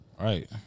right